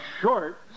short